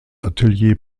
atelier